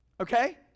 Okay